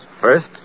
First